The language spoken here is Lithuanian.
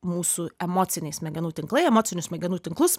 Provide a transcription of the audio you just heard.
mūsų emociniai smegenų tinklai emocinių smegenų tinklus